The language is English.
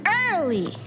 early